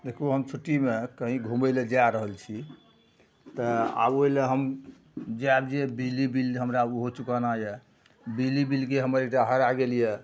देखू हम छुट्टीमे कहीँ घुमैलए जै रहल छी तऽ आओर ओहिले हम जाएब जे बिजली बिल जे हमरा ओहो चुकाना यऽ बिजली बिलके हमर एकटा हरै गेल यऽ